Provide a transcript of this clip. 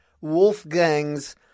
Wolfgang's